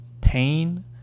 Pain